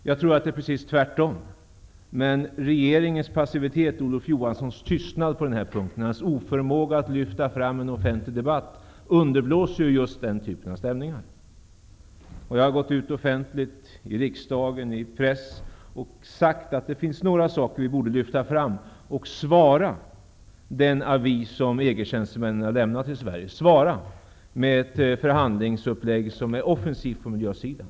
Jag tror att det förhåller sig precis tvärtom. Men regeringens passivitet, miljöminister Olof Johanssons tystnad och oförmåga att lyfta fram en offentlig debatt på den här punkten underblåser just den här typen av stämningar. Jag har sagt offentligt, i riksdagen och i press, att det finns några saker som vi borde lyfta fram och svara när det gäller den avis som EG-tjänstemännen lämnat till Sverige. Vi borde svara med ett förhandlingsupplägg som är offensivt på miljösidan.